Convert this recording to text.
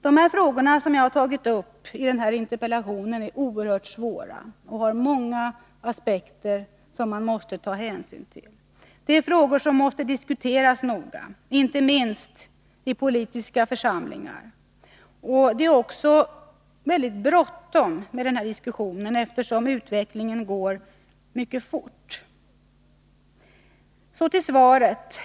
De frågor som jag tagit upp i min interpellation är oerhört svåra och har många aspekter som man måste ta hänsyn till. Det är frågor som måste diskuteras noga — inte minst i politiska församlingar. Det är också bråttom med denna diskussion, eftersom utvecklingen går mycket fort. Nu skall jag övergå till att diskutera svaret på min interpellation.